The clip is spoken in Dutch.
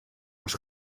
was